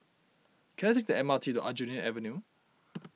can I take the M R T to Aljunied Avenue